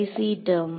கடைசி டெர்ம்